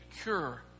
cure